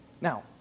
Now